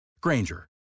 Granger